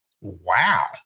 wow